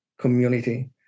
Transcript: community